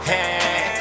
Hey